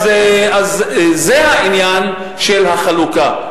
אז זה העניין של החלוקה,